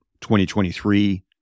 2023